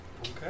Okay